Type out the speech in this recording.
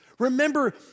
Remember